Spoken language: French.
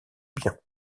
bien